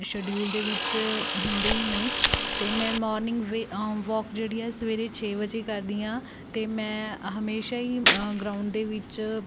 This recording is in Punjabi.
ਸ਼ਡਿਊਲ ਦੇ ਵਿੱਚ ਹੁੰਦੇ ਹੀ ਨੇ ਅਤੇ ਮੈਂ ਮੋਰਨਿੰਗ ਵੇ ਵੋਕ ਜਿਹੜੀ ਹੈ ਸਵੇਰੇ ਛੇ ਵਜੇ ਕਰਦੀ ਹਾਂ ਅਤੇ ਮੈਂ ਹਮੇਸ਼ਾ ਹੀ ਗਰਾਊਂਡ ਦੇ ਵਿੱਚ